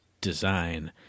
design